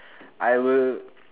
I will